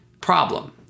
problem